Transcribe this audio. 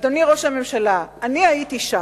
אדוני ראש הממשלה, אני הייתי שם.